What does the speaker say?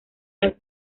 las